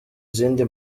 izindi